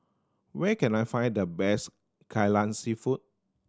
where can I find the best Kai Lan Seafood